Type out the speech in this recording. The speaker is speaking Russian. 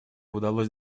удалось